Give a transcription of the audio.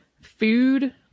food